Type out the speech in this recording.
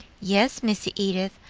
yes, missy edith,